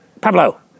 Pablo